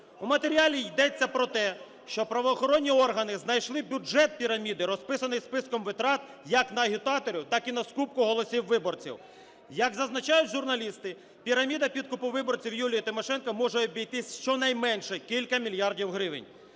В матеріалі йдеться про те, що правоохоронні органи знайшли бюджет піраміди, розписаний списком витрат як на агітаторів, так і на скупку голосів виборців. Як зазначають журналісти, піраміда підкупу виборців Юлії Тимошенко може обійтись щонайменше в кілька мільярдів гривень.